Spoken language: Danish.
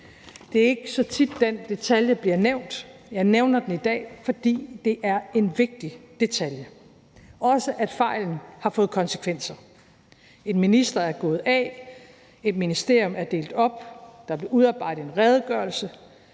Det er ikke så tit, den detalje bliver nævnt. Jeg nævner den i dag, fordi det er en vigtig detalje – også at fejlen har fået konsekvenser. En minister er gået af, et ministerium er blevet delt op, der blev udarbejdet en redegørelse,